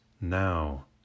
now